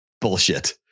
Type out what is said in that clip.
bullshit